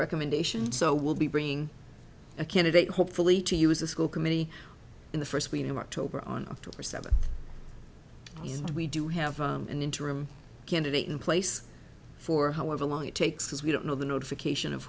recommendation so we'll be bringing a candidate hopefully to use the school committee in the first week of october on october seventh is what we do have an interim candidate in place for however long it takes we don't know the notification of